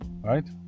Right